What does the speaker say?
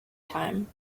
time